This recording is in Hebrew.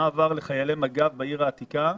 מה עבר לחיילי מג"ב בעיר העתיקה,